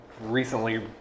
recently